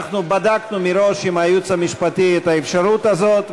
בדקנו מראש עם הייעוץ המשפטי את האפשרות הזאת,